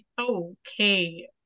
okay